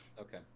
Okay